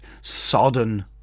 sodden